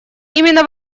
именно